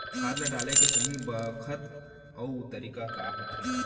खाद ल डाले के सही बखत अऊ तरीका का होथे?